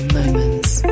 moments